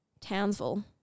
Townsville